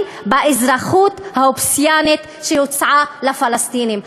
באזרחות האופציונלית שהוצעה לפלסטינים.